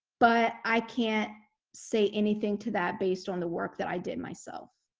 but i can't say anything to that based on the work that i did myself.